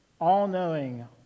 all-knowing